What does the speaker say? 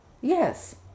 Yes